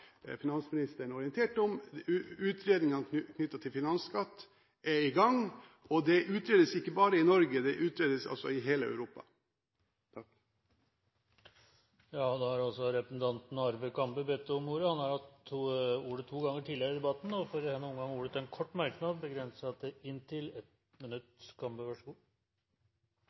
finansministeren orientert om. Utredningene knyttet til finansskatt er i gang. Det utredes ikke bare i Norge, det utredes i hele Europa. Representanten Arve Kambe har hatt ordet to ganger tidligere og får ordet til en kort merknad, begrenset til